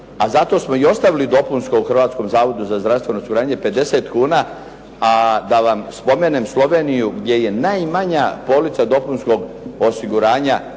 a zato smo i ostavili dopunsko u Hrvatskom zavodu za zdravstveno osiguranje 50 kuna, a da vam spomenem Sloveniju gdje je najmanja polica dopunskog osiguranja